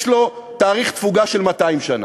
יש לו תאריך תפוגה של 200 שנה.